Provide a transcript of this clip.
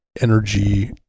energy